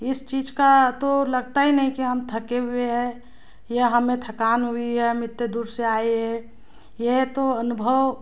इस चीज़ का तो लगता ही नहीं कि हम थके हुए हैं या हमें थकान हुई है हम इतने दूर से आए हैं यह तो अनुभव